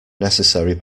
necessary